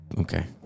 okay